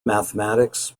mathematics